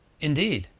indeed?